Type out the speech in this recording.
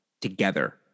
together